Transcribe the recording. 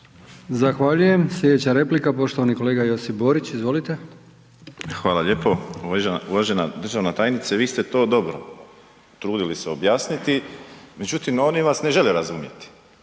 Zahvaljujem. Slijedeća replika poštovani kolega Josip Borić, izvolite. **Borić, Josip (HDZ)** Hvala lijepo. Uvažena državna tajnice, vi ste to dobro trudili se objasniti, međutim, oni vas ne žele razumjeti.